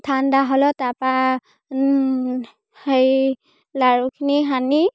ঠাণ্ডা হ'লত তাৰপৰা সেই লাড়ুখিনি সানি